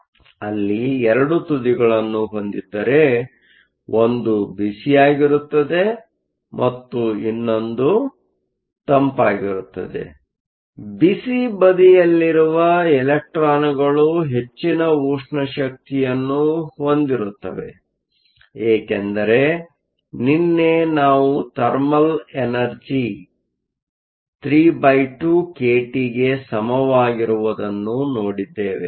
ಆದ್ದರಿಂದ ಅಲ್ಲಿ 2 ತುದಿಗಳನ್ನು ಹೊಂದಿದ್ದರೆ ಒಂದು ಬಿಸಿಯಾಗಿರುತ್ತದೆ ಮತ್ತು ಇನ್ನೊಂದು ತಂಪಾಗಿರುತ್ತದೆ ಬಿಸಿ ಬದಿಯಲ್ಲಿರುವ ಇಲೆಕ್ಟ್ರಾನ್ಗಳು ಹೆಚ್ಚಿನ ಉಷ್ಣ ಶಕ್ತಿಯನ್ನು ಹೊಂದಿರುತ್ತವೆ ಏಕೆಂದರೆ ನಿನ್ನೆ ನಾವು ಥರ್ಮಲ್ ಎನರ್ಜಿ 32kT ಗೆ ಸಮವಾಗಿರುವುದನ್ನು ನೋಡಿದ್ದೇವೆ